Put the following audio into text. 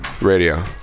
Radio